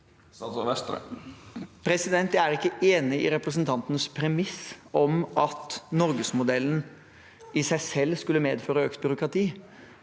Jeg er ikke enig i representantens premiss om at norgesmodellen i seg selv skulle medføre økt byråkrati.